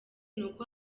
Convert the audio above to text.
nuko